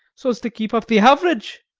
so as to keep up the average.